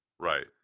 Right